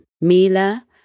Mila